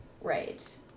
right